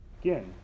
Again